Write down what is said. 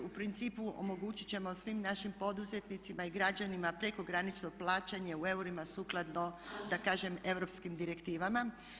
U principu omogućit ćemo svim našim poduzetnicima i građanima prekogranično plaćanje u eurima sukladno da kažem europskim direktivama.